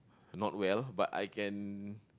not well but I can